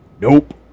Nope